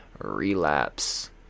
relapse